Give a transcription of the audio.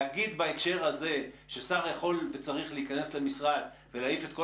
להגיד בהקשר הזה ששר יכול וצריך להיכנס למשרד ולהעיף את כל